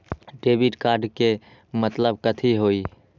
Debit card के मतलब कथी होई?